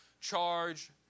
charge